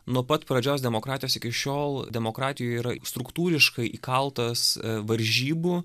nuo pat pradžios demokratijos iki šiol demokratijų yra struktūriškai įkaltas varžybų